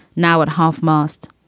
now at half mast,